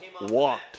walked